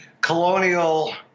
colonial